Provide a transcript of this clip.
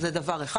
זה דבר אחד.